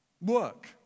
Work